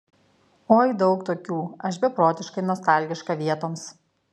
oi daug tokių aš beprotiškai nostalgiška vietoms